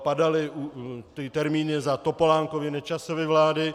Padaly termíny za Topolánkovy, Nečasovy vlády.